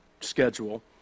schedule